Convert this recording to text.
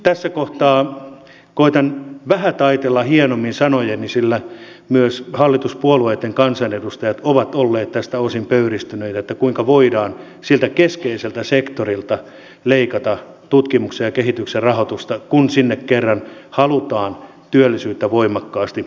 tässä kohtaa koetan vähän taiteilla hienommin sanojani sillä myös hallituspuolueitten kansanedustajat ovat olleet tästä osin pöyristyneitä kuinka voidaan siltä keskeiseltä sektorilta leikata tutkimuksen ja kehityksen rahoitusta kun sinne kerran halutaan työllisyyttä voimakkaasti aikaan saada